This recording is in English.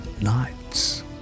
nights